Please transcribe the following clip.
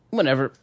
Whenever